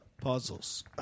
puzzles